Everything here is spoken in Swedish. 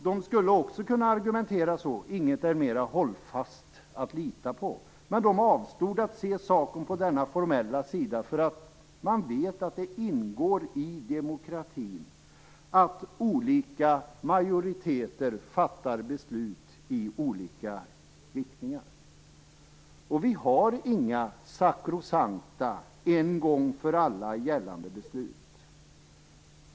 De skulle också kunna argumentera: Inget är mera hållfast att lita på. Men de avstod att se på saken från den formella sidan. Man vet att det ingår i demokratin att olika majoriteter fattar beslut i olika riktningar. Vi har inga sakrosankta, en gång för alla gällande beslut.